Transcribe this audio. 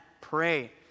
Pray